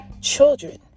children